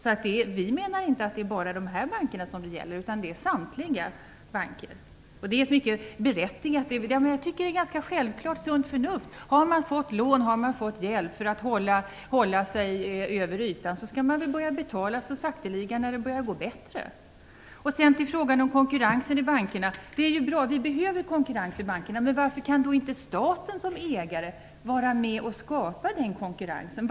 Vi menar att det inte bara är fråga om dessa banker, utan det är fråga om samtliga banker. Det är självklart, sunt förnuft: Har man fått hjälp för att hålla sig över ytan, skall man betala så sakteliga när det börjar gå bättre. Så vidare till frågan om konkurrensen i bankerna. Den är bra. Vi behöver konkurrens i bankerna. Men varför kan inte staten som ägare var med och skapa den konkurrensen?